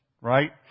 right